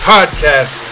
Podcast